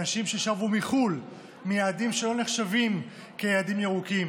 אנשים ששבו מחו"ל מיעדים שלא נחשבים כיעדים ירוקים